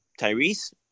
Tyrese